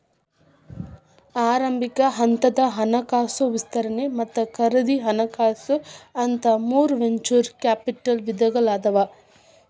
ಆರಂಭಿಕ ಹಂತದ ಹಣಕಾಸು ವಿಸ್ತರಣೆ ಮತ್ತ ಖರೇದಿ ಹಣಕಾಸು ಅಂತ ಮೂರ್ ವೆಂಚೂರ್ ಕ್ಯಾಪಿಟಲ್ ವಿಧಗಳಾದಾವ